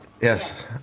Yes